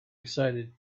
excited